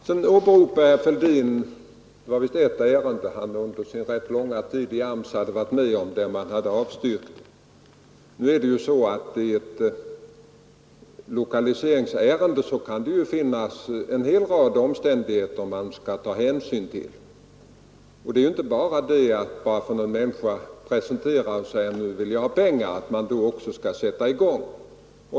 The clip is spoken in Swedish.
Sedan åberopade herr Fälldin ett ärende som han under sin rätt långa tid i AMS hade varit med om att man hade avstyrkt. Nu är det ju så att det i ett lokaliseringsärende kan finnas en hel rad omständigheter som man skall ta hänsyn till. Det är inte säkert, bara därför att en människa presenterar sig och säger att nu vill han ha pengar, att man då också skall sätta i gång.